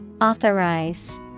Authorize